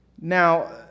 Now